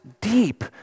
deep